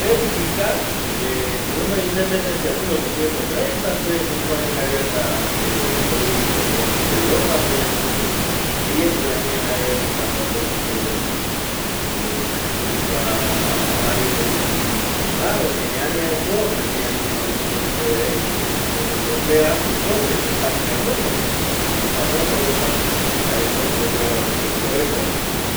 Belgica guinoi independencia mil ochocientos treintape ôi Europape jeiete jaereta oiko jokua arire rupi ñoraro rupe añaeko, añae oimema guinoi Union Europea jokope, Otan jaenungavi jaeko ifamoso reta jaereta opa oyoavɨavɨ jeko retava rupino